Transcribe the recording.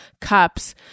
cups